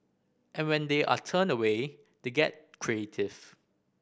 and when they are turned away they get creative